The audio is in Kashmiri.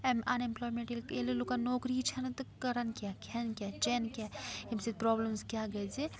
اٮ۪م ان اٮ۪مپلایم۪ٹ ییٚل ییٚلہِ لوٗکن نوکری چھَنہٕ تہٕ کَرن کیٛاہ کھٮ۪ن کیٛاہ چٮ۪ن کیٛاہ ییٚمہِ سۭتۍ پرٛابلِمٕز کیٛاہ گژھِ زِ